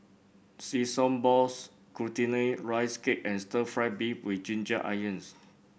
Sesame Balls Glutinous Rice Cake and Stir Fried Beef with Ginger Onions